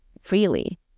freely